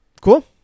cool